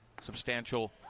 substantial